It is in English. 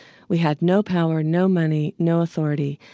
we had no power, no money, no authority,